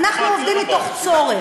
אנחנו עובדים מתוך צורך.